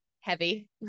Heavy